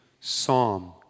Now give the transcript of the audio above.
psalm